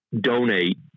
donate